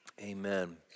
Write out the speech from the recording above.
Amen